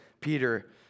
Peter